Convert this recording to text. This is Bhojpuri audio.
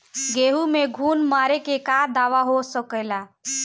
गेहूँ में घुन मारे के का दवा हो सकेला?